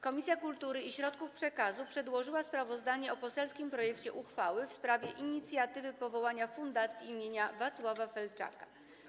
Komisja Kultury i Środków Przekazu przedłożyła sprawozdanie o poselskim projekcie uchwały w sprawie inicjatywy powołania Fundacji im. Wacława Felczaka.